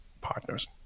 partners